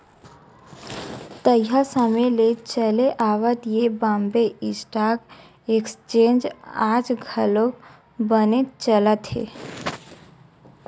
तइहा समे ले चले आवत ये बॉम्बे स्टॉक एक्सचेंज आज घलो बनेच चलत हे